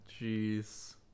Jeez